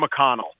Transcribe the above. McConnell